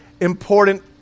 important